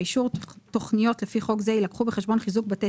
באישור תכניות לפי חוק זה יילקח בחשבון